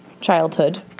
childhood